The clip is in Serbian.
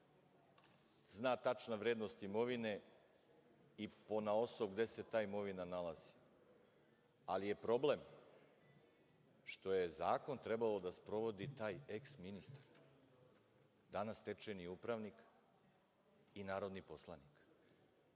zna tačna vrednost imovine i ponaosob gde se ta imovina nalazi, ali je problem što je zakon trebalo da sprovodi taj eks ministar, danas stečajni upravnik i narodni poslanik.